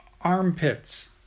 armpits